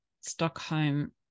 Stockholm